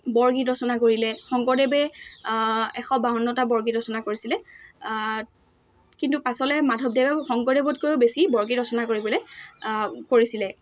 বৰগীত ৰচনা কৰিলে শংকৰদেৱে এশ বাৱন্নটা বৰগীত ৰচনা কৰিছিলে কিন্তু পাছলৈ মাধৱদেৱে শংকৰদেৱতকৈও বেছি বৰগীত ৰচনা কৰিবলৈ কৰিছিলে